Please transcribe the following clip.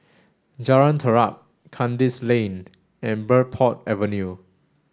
Jalan Terap Kandis Lane and Bridport Avenue